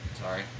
Sorry